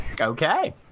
Okay